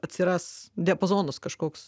atsiras diapazonas kažkoks